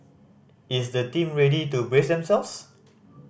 is the team ready to brace themselves